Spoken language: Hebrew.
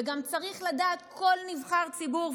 וגם צריך לדעת כל נבחר ציבור,